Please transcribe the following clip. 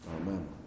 Amen